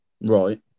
Right